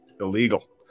illegal